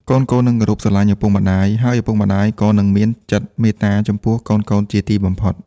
កូនៗនឹងគោរពស្រឡាញ់ឪពុកម្ដាយ ហើយឪពុកម្ដាយក៏នឹងមានចិត្តមេត្តាចំពោះកូនៗជាទីបំផុត។